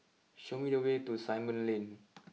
show me the way to Simon Lane